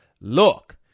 Look